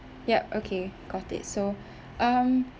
yup okay got it so um